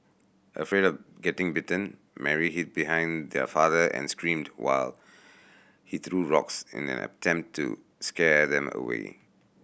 afraid of getting bitten Mary hid behind their father and screamed while he threw rocks in an attempt to scare them away